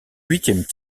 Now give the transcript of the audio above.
huitième